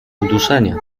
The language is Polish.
uduszenia